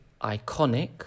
iconic